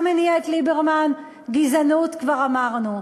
מה מניע את ליברמן, גזענות, כבר אמרנו.